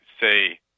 say